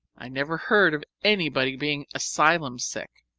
i never heard of anybody being asylum-sick,